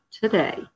today